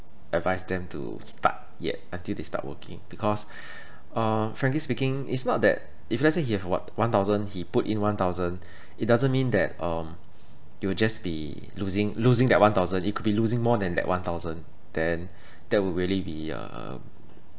advise them to start yet until they start working because uh frankly speaking it's not that if let's say he have what one thousand he put in one thousand it doesn't mean that um it will just be losing losing that one thousand it could be losing more than that one thousand then that would really be um